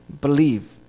believe